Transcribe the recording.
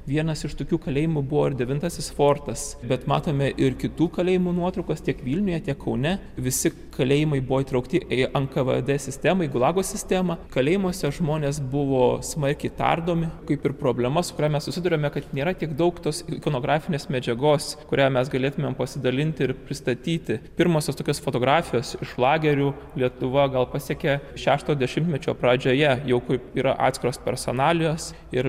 vienas iš tokių kalėjimų buvo ir devintasis fortas bet matome ir kitų kalėjimų nuotraukas tiek vilniuje tiek kaune visi kalėjimai buvo įtraukti į nkvd sistemai gulago sistemą kalėjimuose žmonės buvo smarkiai tardomi kaip ir problemas kuria mes susiduriame kad nėra tiek daug tos ikonografinės medžiagos kurią mes galėtumėm pasidalinti ir pristatyti pirmosios tokios fotografijos iš lagerių lietuva gal pasiekė šešto dešimtmečio pradžioje jog yra atskiros personalijos ir